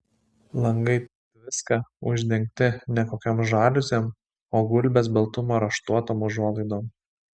langai tviska uždengti ne kokiom žaliuzėm o gulbės baltumo raštuotom užuolaidom